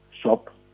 shop